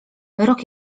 rok